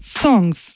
songs